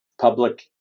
public